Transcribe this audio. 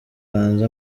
hanze